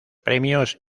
premios